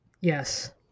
Yes